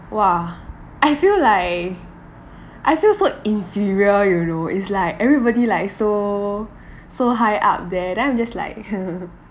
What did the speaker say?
!wah! I feel like I feel so inferior you know it's like everybody like so so high up there then I'm just like